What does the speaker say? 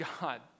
God